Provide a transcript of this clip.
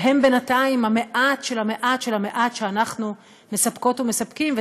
שהם בינתיים המעט של המעט של המעט שאנחנו מספקות ומספקים בהם,